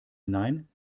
hinein